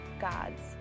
God's